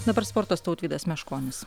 dabar sportas tautvydas meškonis